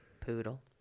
Poodle